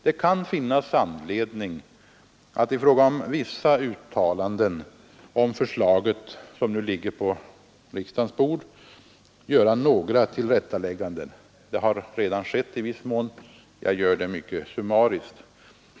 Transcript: Det kan finnas anledning att i fråga om vissa uttalanden om det förslag, som nu ligger på riksdagens bord, göra några tillrättalägganden. Detta har i viss mån redan skett, och jag gör det mycket summariskt.